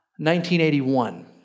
1981